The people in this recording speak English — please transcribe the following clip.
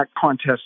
contest